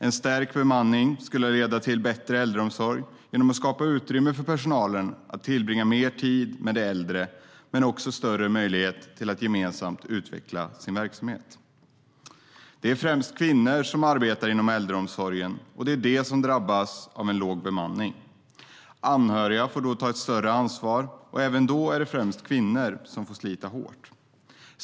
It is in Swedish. En stärkt bemanning skulle leda till bättre äldreomsorg genom att skapa utrymme för personalen att tillbringa mer tid med de äldre men också större möjlighet att gemensamt utveckla verksamheten. Det är främst kvinnor som arbetar i äldreomsorgen, och det är de som drabbas när bemanningen är låg. Anhöriga får då ta ett större ansvar, och även då är det främst kvinnor som får slita hårt.